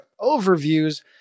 overviews